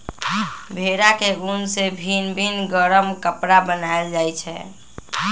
भेड़ा के उन से भिन भिन् गरम कपरा बनाएल जाइ छै